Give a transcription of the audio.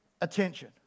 attention